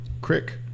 Crick